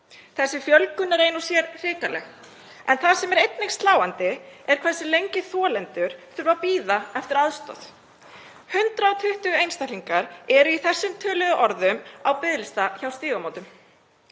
Þessi fjölgun er ein og sér hrikaleg en það sem er einnig sláandi er hversu lengi þolendur þurfa að bíða eftir aðstoð. 120 einstaklingar eru í þessum töluðu orðum á biðlista hjá Stígamótum